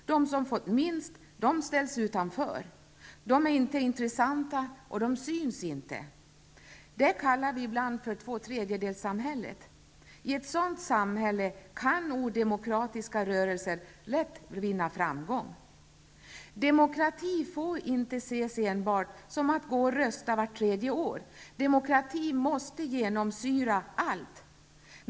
De som har fått minst ställs utanför. De är inte intressanta, och de syns inte. Det kallar vi ibland för tvåtredjedelssamhället. I ett sådant samhälle kan odemokratiska rörelser lätt vinna framgång. Demokrati får inte ses enbart som att gå och rösta vart tredje år. Demokrati måste genomsyra allt.